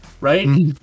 right